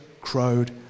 crowed